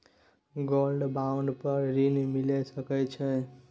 Gold bond पर ऋण मिल सके छै?